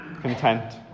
content